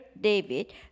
David